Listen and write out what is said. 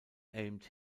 aimed